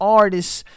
artists